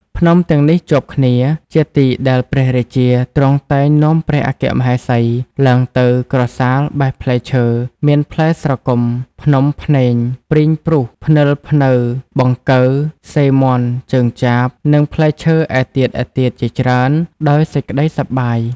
ភ្នំទាំងនេះជាប់គ្នា ជាទីដែលព្រះរាជាទ្រង់តែងនាំព្រះអគ្គមហេសីឡើងទៅក្រសាលបេះផ្លែឈើ មានផ្លែស្រគំ ភ្នំភ្នែង ព្រីង ព្រូស ព្និល ព្នៅ បង្គៅ សិរមាន់ ជើងចាប និងផ្លែឈើឯទៀតៗជាច្រើន ដោយសេចក្ដីសប្បាយ ។